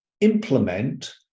implement